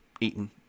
eaten